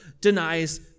denies